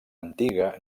antiga